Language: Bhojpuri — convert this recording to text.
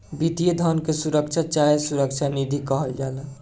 वित्तीय धन के सुरक्षा चाहे सुरक्षा निधि कहल जाला